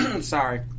sorry